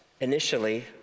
initially